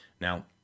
Now